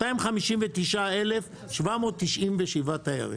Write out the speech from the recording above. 2,259,797 תיירים.